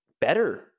better